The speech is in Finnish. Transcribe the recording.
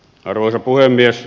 arvoisa puhemies